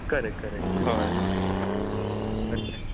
correct correct हय हय अच्छा